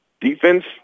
Defense